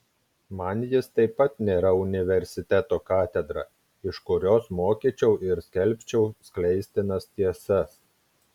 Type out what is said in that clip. man jis taip pat nėra universiteto katedra iš kurios mokyčiau ir skelbčiau skleistinas tiesas